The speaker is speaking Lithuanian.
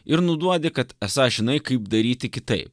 ir nu duodi kad esą žinai kaip daryti kitaip